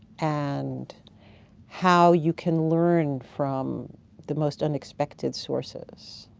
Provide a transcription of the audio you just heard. and how you can learn from the most unexpected sources.